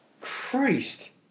Christ